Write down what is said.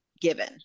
given